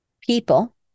People